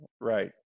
right